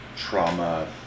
trauma